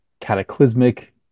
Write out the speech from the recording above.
cataclysmic